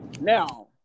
Now